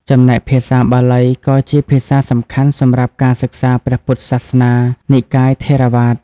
ចំណែកភាសាបាលី ក៏ជាភាសាសំខាន់សម្រាប់ការសិក្សាព្រះពុទ្ធសាសនានិកាយថេរវាទ។